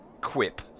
quip